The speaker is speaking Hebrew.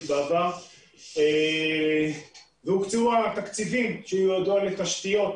בעבר והוקצו התקציבים שיועדו לתשתיות,